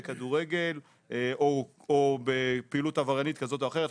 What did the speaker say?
כדורגל או בפעילות עבריינית כזאת או אחרת.